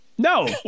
No